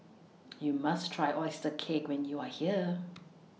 YOU must Try Oyster Cake when YOU Are here